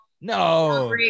no